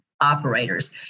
operators